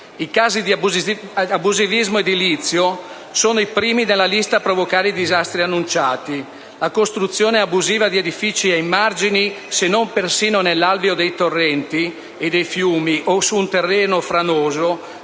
I casi di abusivismo edilizio sono i primi della lista nel provocare i disastri annunciati. La costruzione abusiva di edifici ai margini, se non persino nell'alveo dei torrenti e dei fiumi o su un terreno franoso,